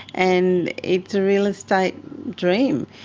and it's a real estate dream.